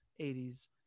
80s